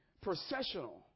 processional